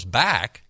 back